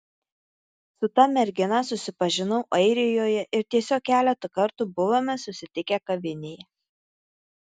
su ta mergina susipažinau airijoje ir tiesiog keletą kartų buvome susitikę kavinėje